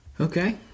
Okay